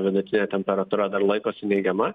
vidutinė temperatūra dar laikosi neigiama